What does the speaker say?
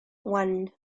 one